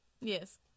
Yes